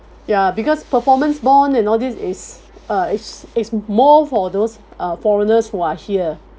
ya because performance bond and all this is a is is more for those uh foreigners who are here